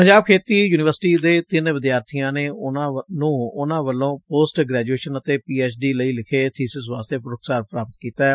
ਪੰਜਾਬ ਖੇਤੀਬਾਤੀ ਯੂਨੀਵਰਸਿਟੀ ਦੇ ਤਿੰਨ ਵਿਦਿਆਰਥੀਆਂ ਨੇ ਉਨੂਾਂ ਵਾਲੋਂ ਪੋਸਟ ਗ੍ਰੈਚੂਏਜ਼ਨ ਅਤੇ ਪੀਐਚਡੀ ਲਈ ਲਿਖੇ ਬੀਸਿਸ ਵਾਸਤੇ ਪੁਰਸਕਾਰ ਪ੍ਰਾਪਤ ਕੀਤੈ